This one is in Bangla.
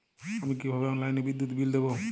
আমি কিভাবে অনলাইনে বিদ্যুৎ বিল দেবো?